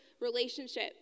relationship